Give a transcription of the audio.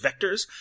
vectors